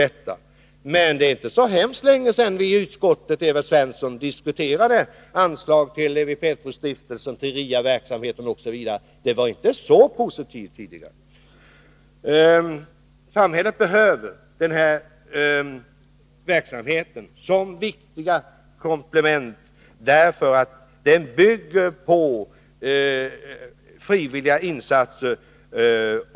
Men, Evert Svensson, det är inte så särskilt länge sedan vi i utskottet diskuterade anslag till bl.a. Lewi Pethrus stiftelse, RIA-verksamheten. Det var inte så positivt tidigare. Samhället behöver dessa verksamheter, som viktiga komplement, för de bygger på frivilliga insatser.